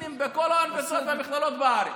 פלסטינים בכל האוניברסיטאות והמכללות בארץ,